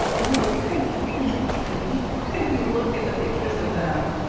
and they looked kind of pained, like if you if you look at the pictures of them,